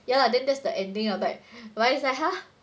ya lah then that's the ending lah but it's is like !huh!